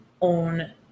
own